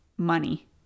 Money